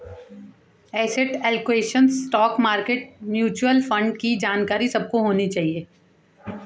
asset allocation, stock market, mutual fund की जानकारी सबको होनी चाहिए